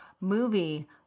movie